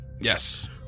Yes